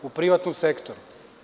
U privatnom sektoru.